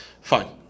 fine